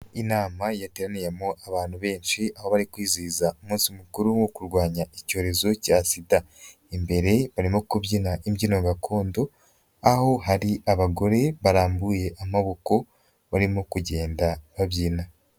Inama yateraniyemo abantu benshi aho bari kwizihiza umunsi mukuru wo kurwanya icyorezo cya Sida, imbere barimo kubyina imbyino gakondo aho hari abagore barambuye amaboko barimo kugenda babyina.